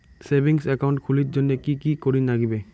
Savings account খুলির জন্যে কি কি করির নাগিবে?